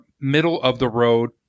middle-of-the-road